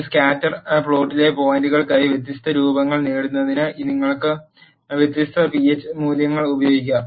ഒരു സ്കാറ്റർ പ്ലോട്ടിലെ പോയിന്റുകൾക്കായി വ്യത്യസ്ത രൂപങ്ങൾ നേടുന്നതിന് നിങ്ങൾക്ക് വ്യത്യസ്ത പിഎച്ച് മൂല്യങ്ങൾ ഉപയോഗിക്കാം